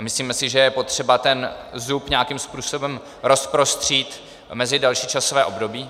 Myslíme si, že je potřeba ten zub nějakým způsobem rozprostřít mezi další časové období.